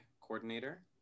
coordinator